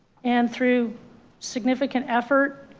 and through significant effort,